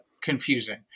confusing